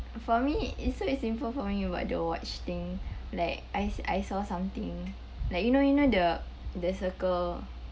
for me it's quite simple for me about the watch thing like I s~ I saw something like you know you know the the circle